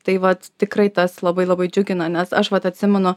tai vat tikrai tas labai labai džiugina nes aš vat atsimenu